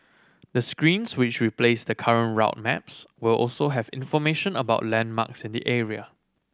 the screens which replace the current route maps will also have information about landmarks in the area